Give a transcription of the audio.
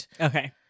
Okay